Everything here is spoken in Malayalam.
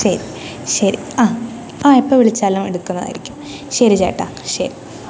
ശരി ശരി ആ ആ എപ്പം വിളിച്ചാലും എടുക്കുന്നതായിരിക്കും ശരി ചേട്ടാ ശരി